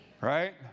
Right